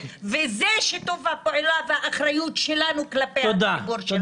וזה שיתוף הפעולה והאחריות שלנו כלפי הציבור שלנו.